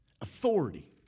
Authority